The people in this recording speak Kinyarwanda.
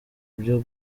byo